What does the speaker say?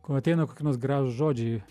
ko ateina kokie nors gražūs žodžiai